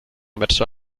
verso